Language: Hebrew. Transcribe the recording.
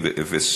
והבריאות.